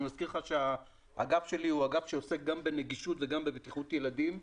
אני מזכיר לך שהאגף שלי הוא אגף שעוסק גם בנגישות וגם בבטיחות ילדים.